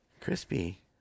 Crispy